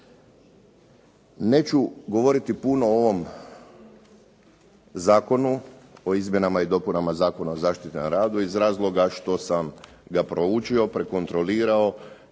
Neću govoriti puno o ovom Zakonu o izmjenama i dopunama Zakona o zaštiti na radu iz razloga što sam ga proučio, prekontrolirao